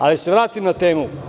Da se vratim na temu.